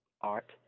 art